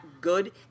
good